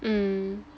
mm